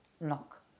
knock